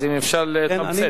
אז אם אפשר לתמצת.